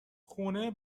خونه